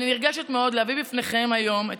אני נרגשת מאוד להביא בפניכם היום את